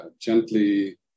gently